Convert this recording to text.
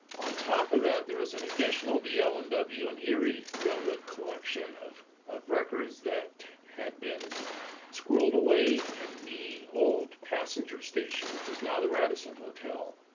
on top of that, there was an additional dl and w and erie railroad collection of of records that had been squirreled away in the old passenger station, which is now the radisson hotel.